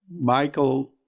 Michael